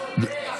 אתה צודק.